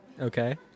Okay